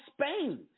Spain